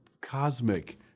cosmic